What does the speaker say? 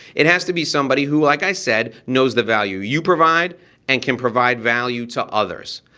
it has to be somebody who, like i said, knows the value you provide and can provide value to others.